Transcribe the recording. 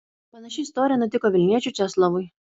panaši istorija nutiko vilniečiui česlovui